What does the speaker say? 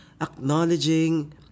acknowledging